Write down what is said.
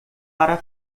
para